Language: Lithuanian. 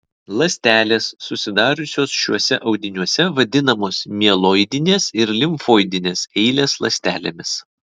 ląstelės susidariusios šiuose audiniuose vadinamos mieloidinės ir limfoidinės eilės ląstelėmis